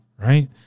right